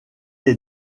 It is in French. est